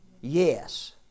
yes